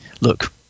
look